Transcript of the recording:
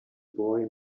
boy